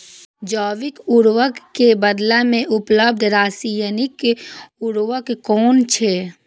जैविक उर्वरक के बदला में उपलब्ध रासायानिक उर्वरक कुन छै?